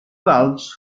valves